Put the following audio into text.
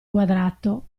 quadrato